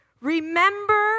Remember